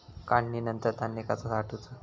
काढणीनंतर धान्य कसा साठवुचा?